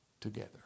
together